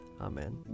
Amen